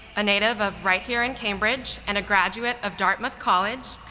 a native of right here in cambridge, and a graduate of dartmouth college,